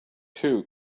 two